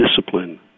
discipline